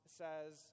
says